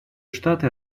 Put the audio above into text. штаты